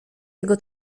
jego